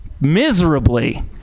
miserably